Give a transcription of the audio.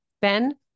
Ben